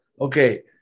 Okay